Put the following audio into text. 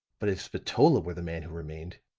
but if spatola were the man who remained,